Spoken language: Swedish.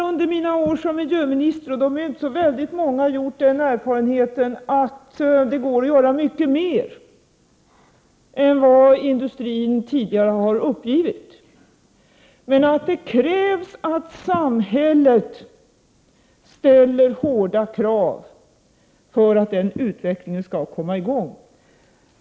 Under mina år som miljöminister, och de är inte så väldigt många, har jag gjort den erfarenheten att det går att göra mycket mer än vad industrin tidigare har uppgivit. Men det krävs att samhället ställer hårda krav för att utvecklingen skall komma i gång.